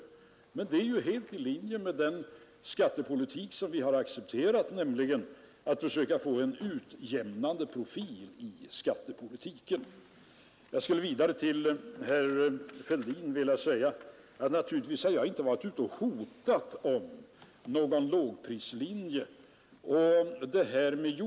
Men det är ju helt i enlighet med den linje som vi har accepterat, nämligen att vi skall försöka ge skattepolitiken en utjämnande profil. Jag skulle vidare till herr Fälldin vilja säga att jag naturligtvis inte har hotat med någon lågprislinje.